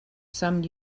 some